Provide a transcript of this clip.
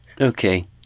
okay